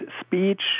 speech